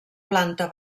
planta